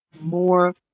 more